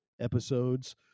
episodes